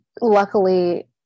Luckily